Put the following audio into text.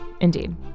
Indeed